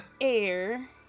air